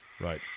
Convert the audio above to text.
Right